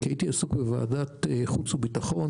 כי הייתי עסוק בוועדת חוץ וביטחון,